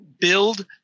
build